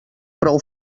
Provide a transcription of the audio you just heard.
prou